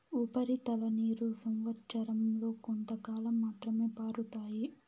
ఉపరితల నీరు సంవచ్చరం లో కొంతకాలం మాత్రమే పారుతాయి